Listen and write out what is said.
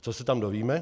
Co se tam dovíme?